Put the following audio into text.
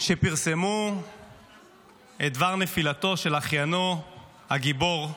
כשפרסמו את דבר נפילתו של אחיינו הגיבור,